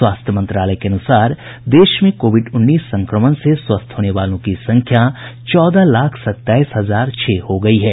स्वास्थ्य मंत्रालय के अनुसार देश में कोविड उन्नीस संक्रमण से स्वस्थ होने वालों की संख्या चौदह लाख सत्ताईस हजार छह हो गयी है